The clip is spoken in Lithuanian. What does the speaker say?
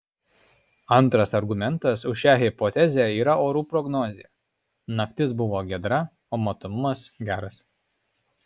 antras argumentas už šią hipotezę yra orų prognozė naktis buvo giedra o matomumas geras